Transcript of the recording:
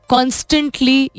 Constantly